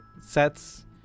sets